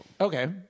Okay